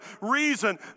reason